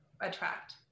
attract